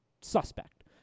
suspect